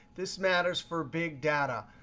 this matters for big data.